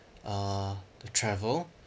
uh travel